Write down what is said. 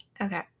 Okay